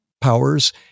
powers